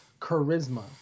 charisma